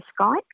Skype